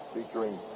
Featuring